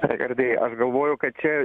raigardai aš galvoju kad čia